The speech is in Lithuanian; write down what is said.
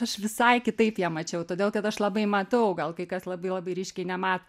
aš visai kitaip ją mačiau todėl kad aš labai matau gal kai kas labai labai ryškiai nemato